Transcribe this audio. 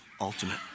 ultimate